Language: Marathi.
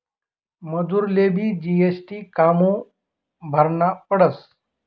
मजुरलेबी जी.एस.टी कामु भरना पडस?